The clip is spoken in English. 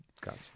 Gotcha